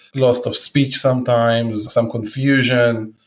loss of speech sometimes, some confusion,